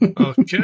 Okay